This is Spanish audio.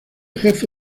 jefe